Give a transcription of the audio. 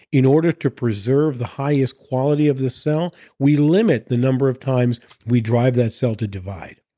in order to preserve the highest quality of the cell, we limit the number of times we drive that cell to divide.